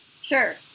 Sure